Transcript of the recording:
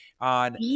on